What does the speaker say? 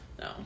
no